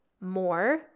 more